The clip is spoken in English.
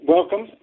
Welcome